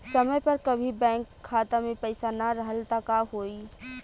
समय पर कभी बैंक खाता मे पईसा ना रहल त का होई?